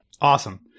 Awesome